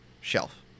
shelf